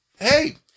Hey